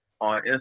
On